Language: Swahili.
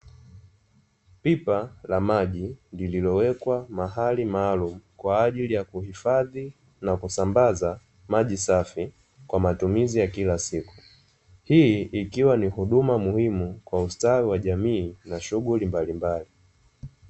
Pipa la maji lililowekwa mahali maalumu kwa ajili ya kuhifadhi na kusambaza maji safi kwa matumizi ya kila siku, hii ikiwa ni huduma muhimu kwa ustawi wa jamii na shughuri mbalimbali.